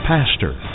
Pastor